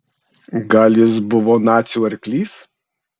gal jis buvo nacių arklys